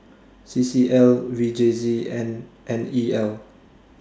C C L V J C and N E L